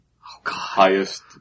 highest